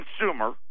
consumer